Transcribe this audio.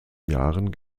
jahren